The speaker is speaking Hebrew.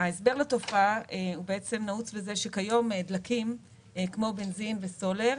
ההסבר לתופעה נעוץ בזה שכיום דלקים כמו בנזין וסולר,